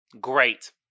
Great